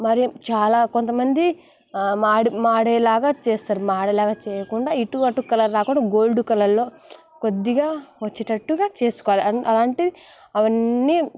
మరేం చాలా కొంతమంది మాడే మాడే లాగా చేస్తారు మాడే లాగా చేయకుండా ఇటు అటు కలర్ రాకుండా గోల్డ్ కలర్లో కొద్దిగా వచ్చేటట్టుగా చేసుకోవాలి అలాంటిది అవన్నీ